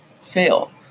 fail